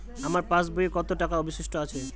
আমার পাশ বইয়ে কতো টাকা অবশিষ্ট আছে?